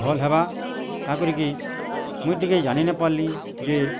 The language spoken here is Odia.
ଭଲ୍ ହେବା କା କରି କି ମୁଇଁ ଟିକେ ଜାଣି ନପାର୍ଲି ଯେ